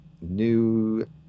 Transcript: new